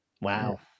wow